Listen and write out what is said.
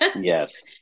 Yes